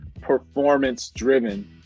performance-driven